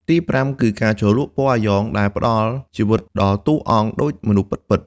ទីប្រាំគឺ ការជ្រលក់ពណ៌អាយ៉ង ដែល ផ្តល់ជីវិតដល់តួអង្គដូចមនុស្សពិតៗ។